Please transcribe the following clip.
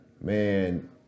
Man